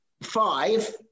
five